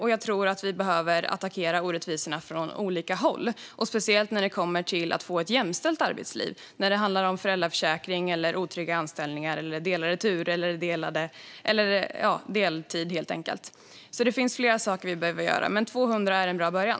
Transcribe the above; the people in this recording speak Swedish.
Jag tror att vi behöver attackera orättvisorna från olika håll, speciellt när det gäller att få ett jämställt arbetsliv, och det handlar om föräldraförsäkring, otrygga anställningar eller deltid. Det finns flera saker vi behöver göra, men 200 är en bra början.